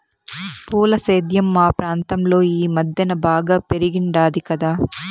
పూల సేద్యం మా ప్రాంతంలో ఈ మద్దెన బాగా పెరిగుండాది కదా